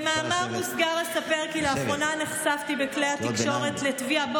במאמר מוסגר אספר כי לאחרונה נחשפתי בכלי התקשורת לתביעה,